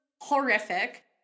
horrific